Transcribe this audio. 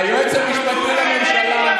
היועץ המשפטי לממשלה,